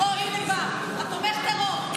אוה, הינה בא תומך הטרור.